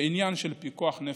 כעניין של פיקוח נפש.